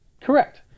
Correct